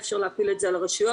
אי-אפשר להפיל את זה על הרשויות.